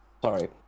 Sorry